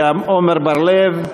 עמר בר-לב,